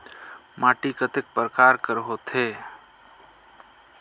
माटी कतेक परकार कर होथे?